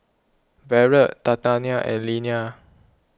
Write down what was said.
Barrett Tatianna and Leana